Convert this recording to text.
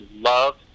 love